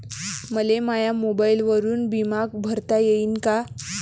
मले माया मोबाईलवरून बिमा भरता येईन का?